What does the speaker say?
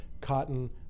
Cotton